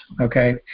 okay